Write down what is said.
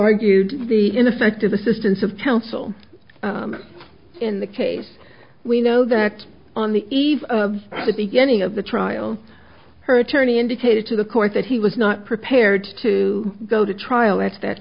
argued the ineffective assistance of counsel in the case we know that on the eve of the beginning of the trial her attorney indicated to the court that he was not prepared to go to trial at that